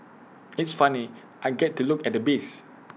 it's funny I get to look at the bees